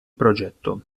progetto